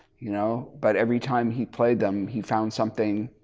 you know but every time he played them he found something